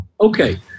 Okay